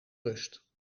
rust